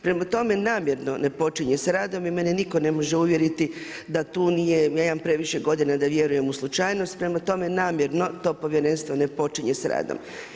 Prema tome, namjerno ne počinje s radom i mene nitko ne može uvjeriti da tu nije, ja imam previše godina da vjerujem u slučajnost, prema tome, namjerno, to povjerenstvo ne počinje s radom.